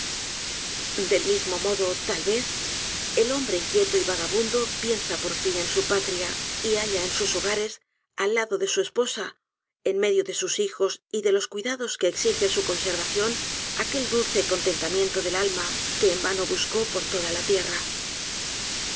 del mismo modo tal vez el hombre inquieto y vagabundo piensa por fin en su patria y halla en sus hogares al lado de su esposa en medio de sus hijos y de los cuidados queexigesu conservación aquel dulce contentamiento del alma que en vano buscó por toda la tierra